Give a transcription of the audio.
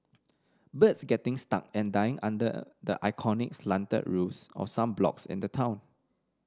birds getting stuck and dying under the iconic slanted roofs of some blocks in the town